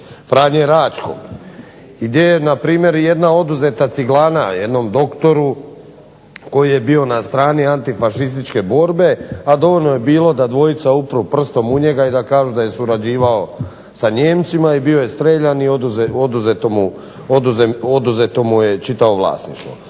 Franje Račkog gdje je npr. jedna oduzeta ciglana jednom doktoru koji je bio na strani antifašističke borbe, a dovoljno je bilo da dvojica upru prstom u njega i da kažu da je surađivao sa Nijemcima i bio je streljan i oduzeto mu je čitavo vlasništvo.